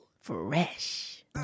Fresh